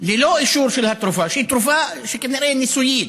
ללא אישור של התרופה, שהיא כנראה תרופה ניסויית,